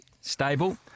stable